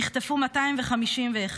נחטפו 251,